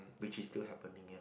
which is still happening here